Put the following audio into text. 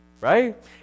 right